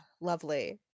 lovely